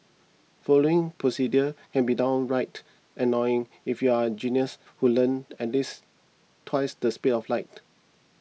following procedures can be downright annoying if you're a genius who learns at this twice the speed of light